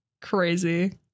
Crazy